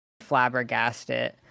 flabbergasted